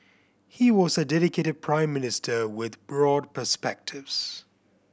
he was a dedicated Prime Minister with broad perspectives